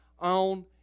on